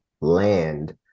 land